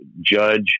judge